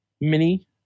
mini